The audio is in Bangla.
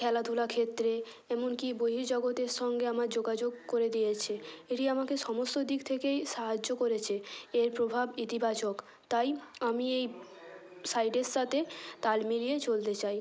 খেলাধূলা ক্ষেত্রে এমন কি বহির্জগতের সঙ্গে আমার যোগাযোগ করে দিয়েছে এটি আমাকে সমস্ত দিক থেকেই সাহায্য করেছে এর প্রভাব ইতিবাচক তাই আমি এই সাইটের সাথে তাল মিলিয়ে চলতে চাই